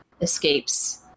escapes